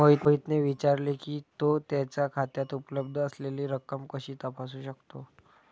मोहितने विचारले की, तो त्याच्या खात्यात उपलब्ध असलेली रक्कम कशी तपासू शकतो?